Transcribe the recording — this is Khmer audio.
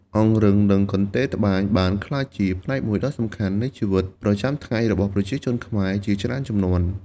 អង្រឹងនិងកន្ទេលត្បាញបានក្លាយជាផ្នែកមួយដ៏សំខាន់នៃជីវិតប្រចាំថ្ងៃរបស់ប្រជាជនខ្មែរជាច្រើនជំនាន់។